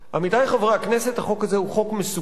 עמיתי חברי הכנסת, החוק הזה הוא חוק מסוכן.